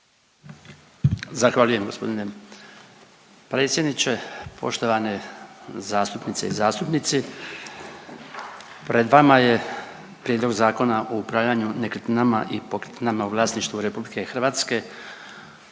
Zahvaljujem gospodine predsjedniče. Poštovane zastupnice i zastupnici, pred vama je Prijedlog Zakona o upravljanju nekretninama i pokretninama u vlasništvu RH u prvom